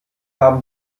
haben